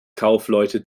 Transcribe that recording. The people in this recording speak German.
kaufleute